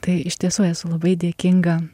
tai iš tiesų esu labai dėkinga